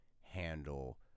handle